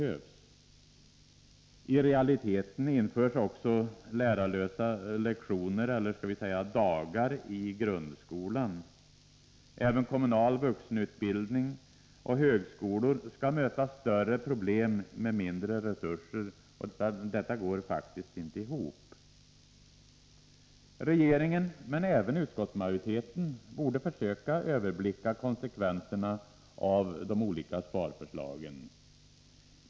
I realiteten införs också lärarlösa lektioner eller dagar i grundskolan. Även kommunal vuxenutbildning och högskolor skall möta större problem med mindre resurser. Detta går faktiskt inte ihop. Regeringen, men även utskottsmajoriteten, borde försöka överblicka konsekvenserna av de olika sparförslagen.